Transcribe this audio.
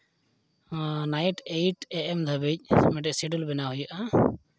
R night eight A M ᱫᱷᱟᱹᱵᱤᱡ ᱢᱤᱫᱴᱮᱱ schedule ᱵᱮᱱᱟᱣ ᱦᱩᱭᱩᱜᱼᱟ